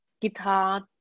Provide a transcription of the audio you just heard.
guitar